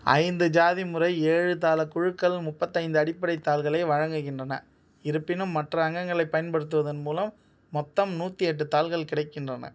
ஐந்து ஜாதி முறை ஏழு தாள குழுக்கள் முப்பத்தைந்தடிப்படை தாள்களை வழங்குகின்றன இருப்பினும் மற்ற அங்கங்களைப் பயன்படுத்துவதன் மூலம் மொத்தம் நூற்றி எட்டு தாள்கள் கிடைக்கின்றன